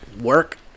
Work